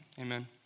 Amen